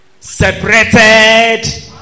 separated